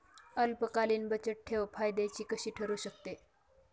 अल्पकालीन बचतठेव फायद्याची कशी ठरु शकते?